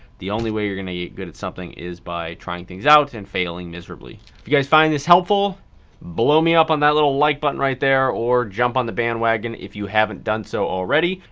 the only way you're gonna get good at something is by trying things out and failing miserably. if you guys find this helpful blow me up on that little like button right there or jump on the bandwagon if you haven't done so already.